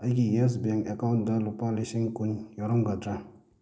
ꯑꯩꯒꯤ Yes Bank account ꯂꯨꯄꯥ ꯂꯤꯁꯤꯡ ꯀꯨꯟ ꯌꯥꯎꯔꯝꯒꯗ꯭ꯔꯥ